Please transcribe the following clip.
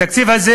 התקציב הזה